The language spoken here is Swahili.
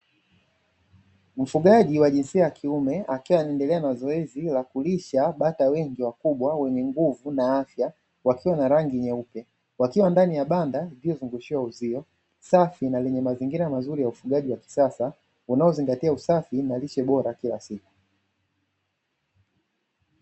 Mfugaji wa jinsia ya kiume akiwa anaendelea na zoezi la kulisha bata wengi wakubwa wenye nguvu na afya, wakiwa na rangi nyeupe. Wakiwa ndani ya banda lililozungushiwa uzio safi na lenye mazingira mazuri ya ufugaji wa kisasa unaozinagtia usafi na lishe bora kila siku.